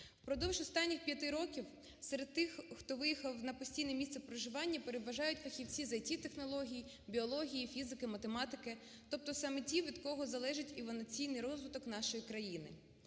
Впродовж останніх 5 років серед тих, хто виїхав на постійне місце проживання переважають фахівці з ІТ-технологій, біології, фізики, математики, тобто саме ті від кого залежить інноваційний розвиток нашої країни.